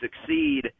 succeed